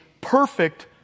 perfect